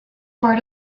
part